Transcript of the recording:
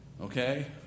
Okay